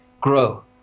grow